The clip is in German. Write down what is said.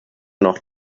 noch